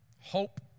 Hope